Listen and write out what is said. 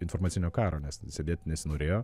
informacinio karo nes sėdėt nesinorėjo